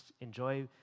enjoy